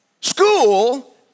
School